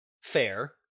Fair